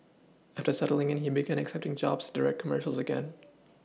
after settling in he began accepting jobs direct commercials again